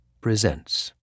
Presents